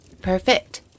Perfect